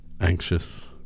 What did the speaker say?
anxious